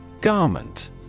Garment